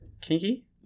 Kinky